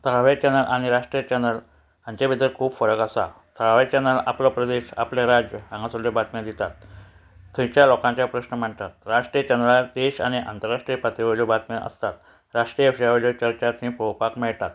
थळावे चॅनल आनी राष्ट्रीय चॅनल हांचे भितर खूब फरक आसा थळावे चॅनल आपलो प्रदेश आपले राज्य हांगा सगळ्यो बातम्यो दितात थंयच्या लोकांचे प्रश्न मांडटात राष्ट्रीय चॅनला देश आनी आंतरराष्ट्रीय पात्री वयल्यो बातम्यो आसतात राष्ट्रीय विशया वेल्यो चर्चा थंय पळोवपाक मेळटा